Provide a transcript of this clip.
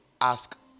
ask